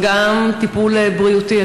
אבל גם טיפול בריאותי.